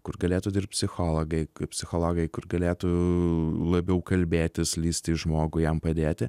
kur galėtų dirbt psicholagai psichologai kur galėtų labiau kalbėtis lįsti į žmogų jam padėti